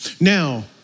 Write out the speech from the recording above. Now